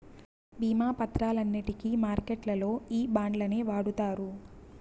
భీమా పత్రాలన్నింటికి మార్కెట్లల్లో ఈ బాండ్లనే వాడుతారు